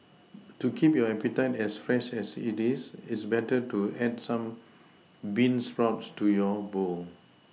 to keep your appetite as fresh as it is it's better to add some bean sprouts to your bowl